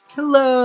Hello